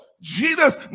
Jesus